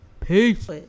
Peace